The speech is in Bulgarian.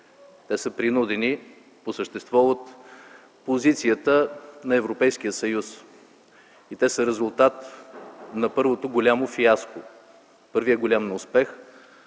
Те са принудени по същество от позицията на Европейския съюз и са резултат на първото голямо фиаско – първия голям неуспех,